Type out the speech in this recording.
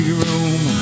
room